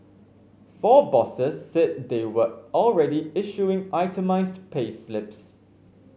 four bosses said they were already issuing itemised payslips